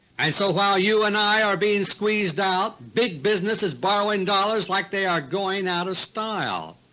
and so while you and i are being squeezed out, big business is borrowing dollars like they are going out of style,